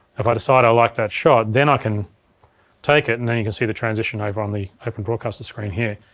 if i decide i like that shot then i can take it and then you can see the transition over on the open broadcaster screen here.